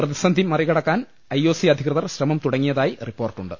പ്രതിസന്ധി മറി കടക്കാൻ ഐ ഒ സി അധികൃതർ ശ്രമം തുടങ്ങിയതായി റിപ്പോർട്ടുണ്ട്